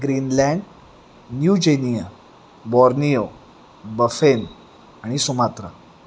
Greenland New Guinea Borneo Baffin आणि Sumatra